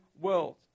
world